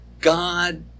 God